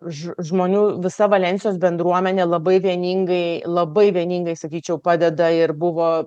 žmonių visa valensijos bendruomenė labai vieningai labai vieningai sakyčiau padeda ir buvo